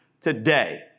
today